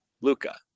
Luca